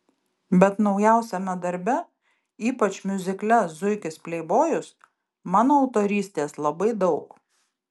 bet naujausiame darbe ypač miuzikle zuikis pleibojus mano autorystės labai daug